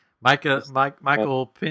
Michael